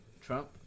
Trump